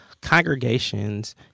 congregations